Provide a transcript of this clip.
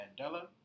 Mandela